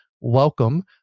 welcome